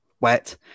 wet